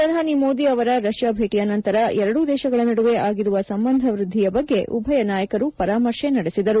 ಪ್ರಧಾನಿ ಮೋದಿ ಅವರ ರಷ್ಯಾ ಭೇಟಿಯ ನಂತರ ಎರಡೂ ದೇಶಗಳ ನಡುವೆ ಆಗಿರುವ ಸಂಬಂಧ ವ್ವದ್ದಿಯ ಬಗ್ಗೆ ಉಭಯ ನಾಯಕರು ಪರಾಮರ್ಶೆ ನಡೆಸಿದರು